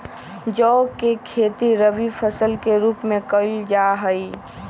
जौ के खेती रवि फसल के रूप में कइल जा हई